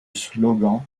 slogan